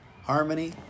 harmony